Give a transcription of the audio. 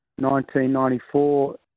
1994